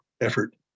effort